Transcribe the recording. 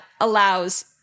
allows